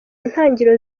ntangiriro